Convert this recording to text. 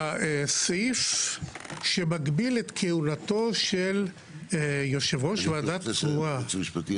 הסעיף שמגביל את כהונתו של יושב ראש ועדה קרואה